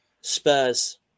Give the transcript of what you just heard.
Spurs